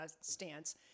stance